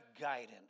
guidance